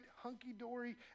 hunky-dory